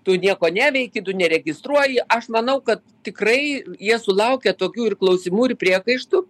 tu nieko neveiki tu neregistruoji aš manau kad tikrai jie sulaukia tokių ir klausimų ir priekaištų